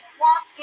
walk